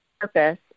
purpose